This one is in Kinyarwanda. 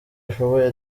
ashoboye